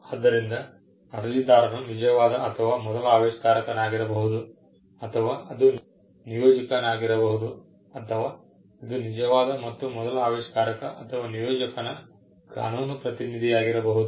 ಆದ್ದರಿಂದ ಅರ್ಜಿದಾರನು ನಿಜವಾದ ಅಥವಾ ಮೊದಲ ಆವಿಷ್ಕಾರಕನಾಗಿರಬಹುದು ಅಥವಾ ಅದು ನಿಯೋಜಕನಾಗಿರಬಹುದು ಅಥವಾ ಇದು ನಿಜವಾದ ಮತ್ತು ಮೊದಲ ಆವಿಷ್ಕಾರಕ ಅಥವಾ ನಿಯೋಜಕನ ಕಾನೂನು ಪ್ರತಿನಿಧಿಯಾಗಿರಬಹುದು